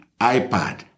iPad